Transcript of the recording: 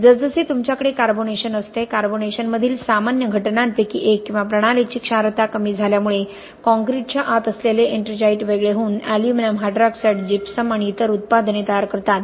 जसे जसे तुमच्याकडे कार्बोनेशन असते कार्बोनेशनमधील सामान्य घटनांपैकी एक किंवा प्रणालीची क्षारता कमी झाल्यामुळे कॉंक्रिटच्या आत असलेले एट्रिंगाइट वेगळे होऊन एल्युमिनियम हायड्रॉक्साईड जिप्सम आणि इतर उत्पादने तयार करतात